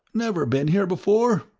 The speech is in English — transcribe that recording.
never been here before?